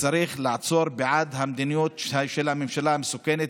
צריך לעצור בעד המדיניות של הממשלה המסוכנת,